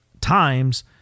times